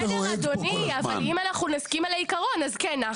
בסדר אדוני, אבל אם אנחנו נסכים על העיקרון אז כן.